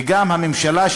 וגם הממשלה,